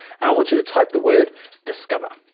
and i want you to type the word discover,